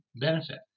benefit